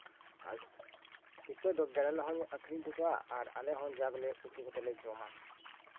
ᱟᱨ ᱯᱤᱯᱟᱹ ᱫᱚ ᱵᱮᱨᱮᱞ ᱨᱮᱦᱚᱸᱧ ᱟᱠᱷᱨᱤᱧ ᱦᱚᱴᱚ ᱠᱟᱜᱼᱟ ᱟᱨ ᱟᱞᱮ ᱦᱚᱸ ᱡᱟᱜᱮ ᱩᱛᱩ ᱠᱟᱛᱮ ᱞᱮ ᱡᱚᱢᱟ